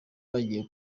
bagiye